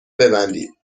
ببندید